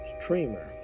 streamer